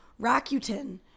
Rakuten